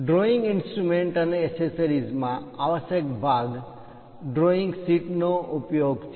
drawing instruments અને accessories માં આવશ્યક ભાગ ઘટક ડ્રોઈંગ શીટ નો ઉપયોગ છે